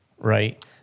Right